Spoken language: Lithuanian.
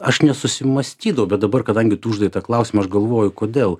aš nesusimąstydavau bet dabar kadangi uždavėt tą klausimą aš galvoju kodėl